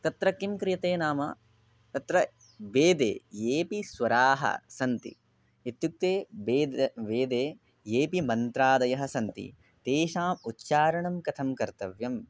तत्र किं क्रियते नाम तत्र वेदे येऽपि स्वराः सन्ति इत्युक्ते वेद वेदे येऽपि मन्त्रादयः सन्ति तेषाम् उच्चारणं कथं कर्तव्यं